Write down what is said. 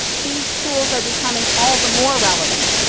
these tools are becoming all the more relevant,